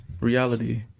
reality